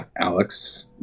alex